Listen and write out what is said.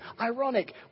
ironic